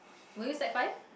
were you sec-five